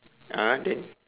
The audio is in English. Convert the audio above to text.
ah then